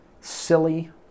silly